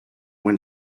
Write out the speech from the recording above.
when